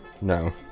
No